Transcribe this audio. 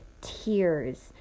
tears